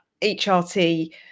HRT